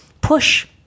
push